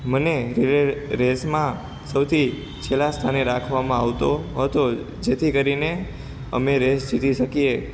મને રીલે રેસમાં સૌથી છેલ્લા સ્થાને રાખવામાં આવતો હતો જેથી કરીને અમે રેસ જીતી શકીએ